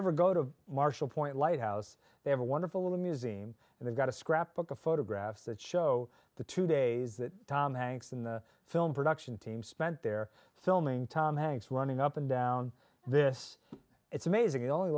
ever go to marshall point lighthouse they have a wonderful little museum and they've got a scrapbook of photographs that show the two days that tom hanks in the film production team spent there filming tom hanks running up and down this it's amazing it only